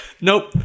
Nope